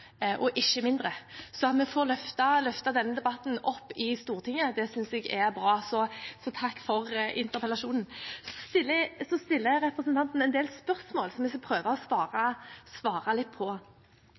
og ikke mindre. At vi får løftet denne debatten opp i Stortinget, synes jeg er bra – så takk for interpellasjonen. Representanten stiller en del spørsmål som jeg skal prøve å svare